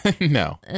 No